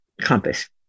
compass